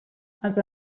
els